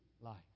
life